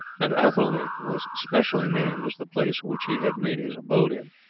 and athelney was specially named as the place which he had made his abode. it